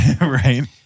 Right